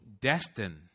destined